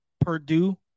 Purdue